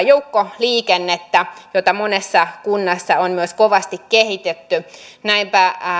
joukkoliikennettä jota monessa kunnassa on myös kovasti kehitetty näinpä